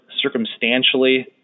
circumstantially